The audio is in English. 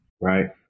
right